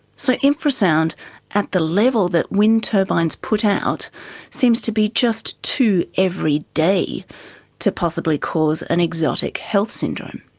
so infra-sound at the level that wind turbines put out seems to be just too everyday to possibly cause an exotic health syndrome.